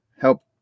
help